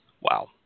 Wow